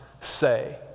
say